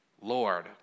Lord